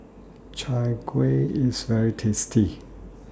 Chai Kueh IS very tasty